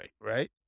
right